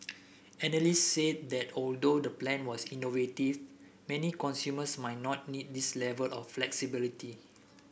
analysts said that although the plan was innovative many consumers might not need this level of flexibility